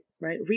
right